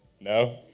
No